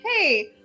hey